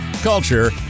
culture